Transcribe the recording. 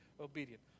obedient